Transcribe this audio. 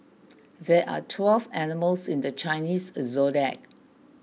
there are twelve animals in the Chinese zodiac